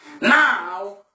Now